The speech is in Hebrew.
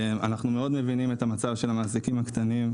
את המצב של המעסיקים הקטנים,